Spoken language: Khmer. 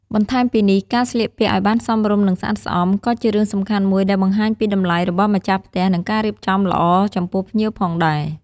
បន្ថែមពីនេះ ការស្លៀកពាក់ឲ្យបានសមរម្យ និងស្អាតស្អំ ក៏ជារឿងសំខាន់មួយដែលបង្ហាញពីតម្លៃរបស់ម្ចាស់ផ្ទះ និងការរៀបចំល្អចំពោះភ្ញៀវផងដែរ។